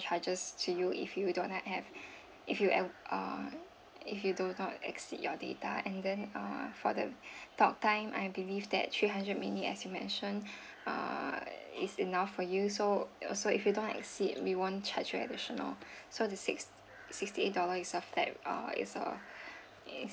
charges to you if you do not have if you ev~ uh if you do not exceed your data and then uh for the talk time I believe that three hundred minute as you mentioned err is enough for you so so if you don't exceed we won't charge you additional so the six sixty eight dollar itself that uh is err